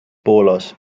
poolas